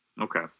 Okay